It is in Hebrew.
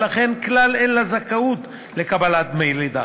ולכן כלל אין לה זכאות לקבלת דמי לידה.